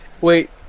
wait